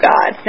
God